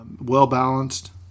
well-balanced